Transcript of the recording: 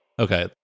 Okay